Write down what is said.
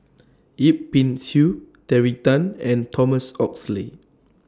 Yip Pin Xiu Terry Tan and Thomas Oxley